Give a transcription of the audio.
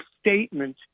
statement